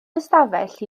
hystafell